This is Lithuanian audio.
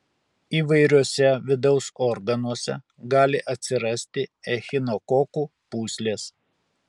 įvairiuose vidaus organuose gali atsirasti echinokokų pūslės